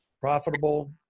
Profitable